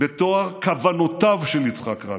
בטוהר כוונותיו של יצחק רבין.